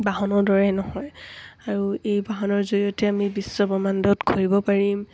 বাহনৰ দৰে নহয় আৰু এই বাহনৰ জৰিয়তে আমি বিশ্বপ্ৰহ্মাণ্ডত ঘূৰিব পাৰিম